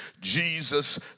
Jesus